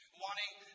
wanting